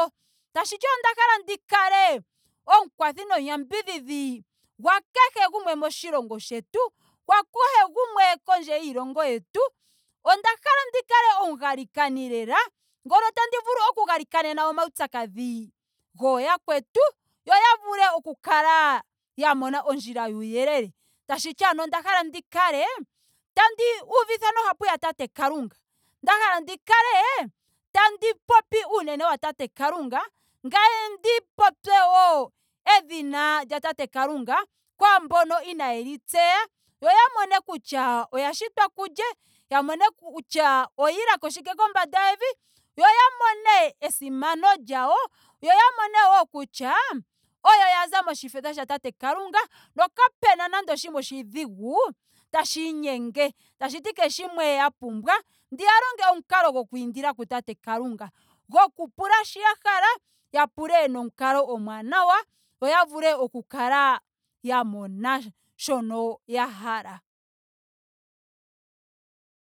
'O tashiti onda hala ndi kale omukwathi nomu yambidhidhi gwakehe gumwe moshilongo shetu. gwa kehe gumwe kondje yiilongo. yetu. nda hala ndi kale omugalikani lela. ngono tandi vulu oku galikanena omaupyakadhi gooyakwetu yo ya vule oku kala ya mona ondjila yuuyelele. Tashiti ano onda hala ndi kale tandi uvitha nohapu ya tate kalunga. nda hala ndi kale tandi popi uunene wa tate kalunga. ngaye ndi popye wo edhina lya tate kalungaa kwaamboka inaayeli tseya yo ya mone kutya oya shitwa kulye. ya mone kutya oyiilako shike kombanda yevi. yo ya mone esimano lyawo. yo ya mone wo kutya oyo oyaza moshfetha sha tate kalunga po kapena nando shimwe oshidhigu tashimu nyenge. tashiti kehe shimwe ya pumbwa. ndiya longe omukalo goku indila ku tate kalunga. goku pula shi ya hala. ya pule nomukalo omwaanawa. yo ya kale ya mona shokaya hala